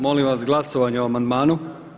Molim vas glasovanje o amandmanu.